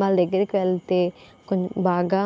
వాళ్ళ దగ్గరికి వెళ్తే కొం బాగా